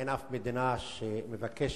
אין אף מדינה שמבקשת